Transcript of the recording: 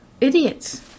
idiots